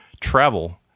travel